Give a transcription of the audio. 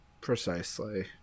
Precisely